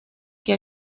que